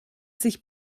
sich